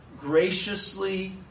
graciously